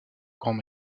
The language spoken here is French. grands